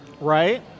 Right